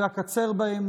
ואקצר בהם,